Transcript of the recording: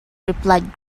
replied